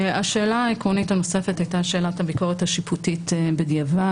השאלה העקרונית הנוספת הייתה שאלת הביקורת השיפוטית בדיעבד.